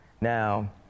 Now